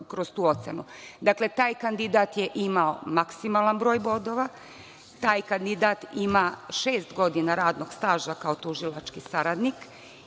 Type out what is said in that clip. kroz tu ocenu. Dakle, taj kandidat je imao maksimalan broj bodova, taj kandidat ima šest godina radnog staža kao tužilački saradnik